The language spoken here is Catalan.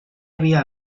havia